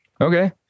Okay